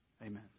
Amen